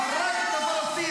אבל רק לא עם פלסטיני.